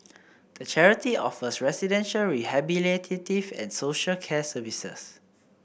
the charity offers residential rehabilitative and social care services